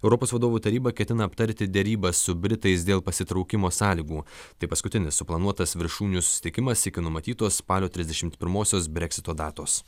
europos vadovų taryba ketina aptarti derybas su britais dėl pasitraukimo sąlygų tai paskutinis suplanuotas viršūnių susitikimas iki numatytos spalio trisdešimt pirmosios breksito datos